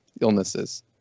illnesses